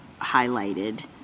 highlighted